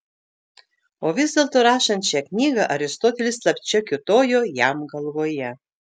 o vis dėlto rašant šią knygą aristotelis slapčia kiūtojo jam galvoje